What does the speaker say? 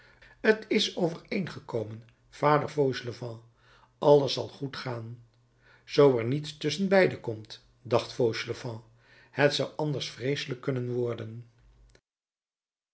t is overeengekomen vader fauchelevent alles zal goed gaan zoo er niets tusschenbeide komt dacht fauchelevent het zou anders vreeselijk kunnen worden